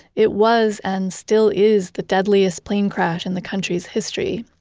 it was and still is, the deadliest plane crash in the country's history.